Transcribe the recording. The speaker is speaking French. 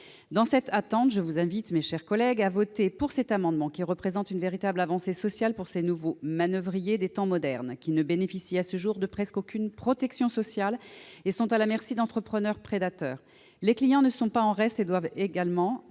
Dans cette attente, je vous invite, mes chers collègues, à voter en faveur de cet amendement qui constitue une véritable avancée sociale pour ces nouveaux manoeuvriers des temps modernes, qui ne bénéficient à ce jour de presque aucune protection sociale et sont à la merci d'entrepreneurs prédateurs. Les clients ne sont pas en reste et doivent également